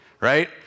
right